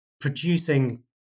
producing